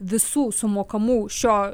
visų sumokamų šio